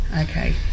Okay